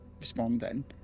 responding